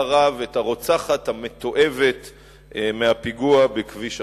רב את הרוצחת המתועבת מהפיגוע בכביש החוף.